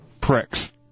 pricks